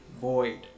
void